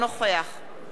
עמיר פרץ,